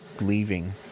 leaving